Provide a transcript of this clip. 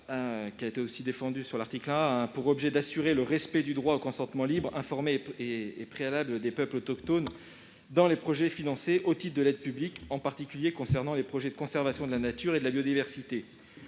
Le présent amendement a pour objet d'assurer le respect du droit au consentement libre, informé et préalable des peuples autochtones dans les projets financés au titre de l'aide publique, en particulier concernant les projets de conservation de la nature et de la biodiversité.